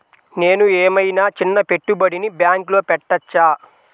నేను ఏమయినా చిన్న పెట్టుబడిని బ్యాంక్లో పెట్టచ్చా?